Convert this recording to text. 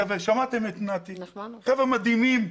שמעתם את נתי, הם חבר'ה מדהימים.